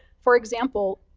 for example,